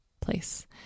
place